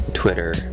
Twitter